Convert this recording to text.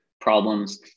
problems